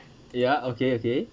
ya okay okay